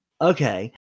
Okay